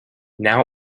now